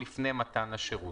לפני מתן השירות,